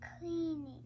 cleaning